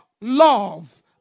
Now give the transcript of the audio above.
love